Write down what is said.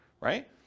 right